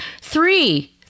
Three